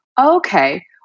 okay